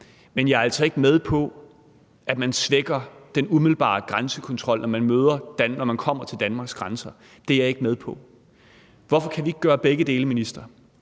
Men jeg er altså ikke med på, at man svækker den umiddelbare grænsekontrol, man møder, når man kommer til Danmarks grænser; det er jeg ikke med på. Hvorfor kan vi ikke gøre begge dele, minister?